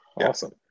awesome